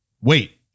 Wait